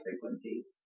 frequencies